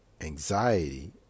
anxiety